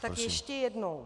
Tak ještě jednou.